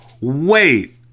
Wait